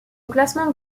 classement